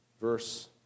Verse